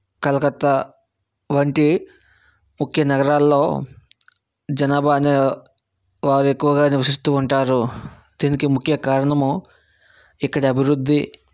కలకత్తా వంటి ముఖ్య నగరాల్లో జనాభా అనే వారు ఎక్కువగా నివసిస్తూ ఉంటారు దీనికి ముఖ్య కారణము ఇక్కడి అభివృద్ధి